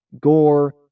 Gore